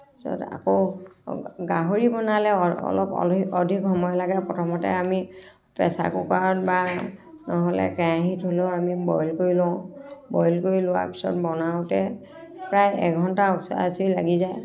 তাৰ পিছত আকৌ গাহৰি বনালে অলপ অধিক অধিক সময় লাগে প্ৰথমতে আমি প্ৰেচাৰ কুকাৰত বা নহ'লে কেৰাহীত হ'লেও আমি বইল কৰি লওঁ বইল কৰি লোৱা পিছত বনাওঁতে প্ৰায় এঘণ্টাৰ ওচৰা উচৰি লাগি যায়